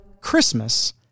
Christmas